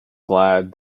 glad